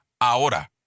ahora